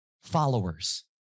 followers